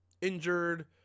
injured